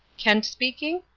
kent speaking?